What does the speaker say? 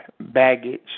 Baggage